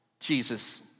Jesus